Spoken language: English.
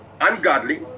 Ungodly